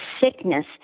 sickness